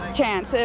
chance